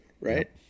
right